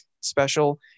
special